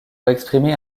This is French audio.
exprimer